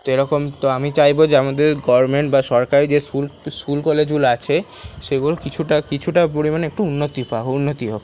তো এরকম তো আমি চাইবো যে আমাদের গভর্নমেন্ট বা সরকারি যে স্কুল স্কুল কলেজগুলো আছে সেগুলো কিছুটা কিছুটা পরিমাণে একটু উন্নতি পাক উন্নতি হোক